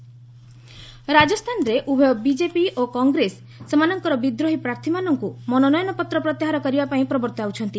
ରାଜସ୍ଥାନ ତେଲଙ୍ଗାନା ରାଜସ୍ଥାନରେ ଉଭୟ ବିକେପି ଓ କଂଗ୍ରେସ ସେମାନଙ୍କର ବିଦ୍ରୋହୀ ପ୍ରାର୍ଥୀମାନଙ୍କୁ ମନୋନୟନ ପତ୍ର ପ୍ରତ୍ୟାହାର କରିବାପାଇଁ ପ୍ରବର୍ତ୍ତାଉଛନ୍ତି